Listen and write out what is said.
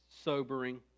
Sobering